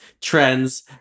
trends